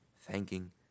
thanking